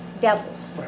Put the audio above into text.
devils